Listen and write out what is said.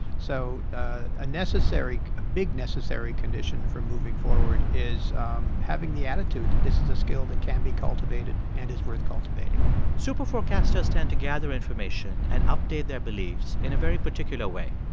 so a a necessary a big necessary condition for moving forward is um having the attitude that this is a skill that can be cultivated and is worth cultivating superforecasters tend to gather information and update their beliefs in a very particular way.